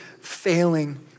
failing